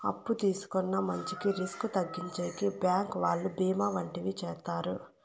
అప్పు తీసుకున్న మంచికి రిస్క్ తగ్గించేకి బ్యాంకు వాళ్ళు బీమా వంటివి చేత్తారు